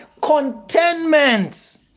contentment